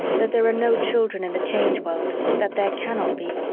that there are no children in the change world, that there cannot be,